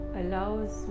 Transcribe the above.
allows